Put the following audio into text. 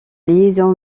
liaison